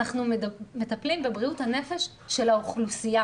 אנחנו מטפלים בבריאות הנפש של האוכלוסייה,